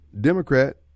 Democrat